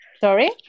Sorry